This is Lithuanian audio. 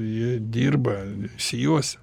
jie dirba išsijuosę